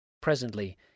Presently